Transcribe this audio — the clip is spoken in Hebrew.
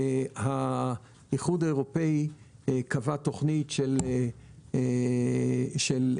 האיחוד האירופאי קבע תוכנית של 30,